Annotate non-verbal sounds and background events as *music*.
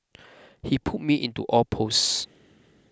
*noise* he put me into all posts